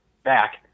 back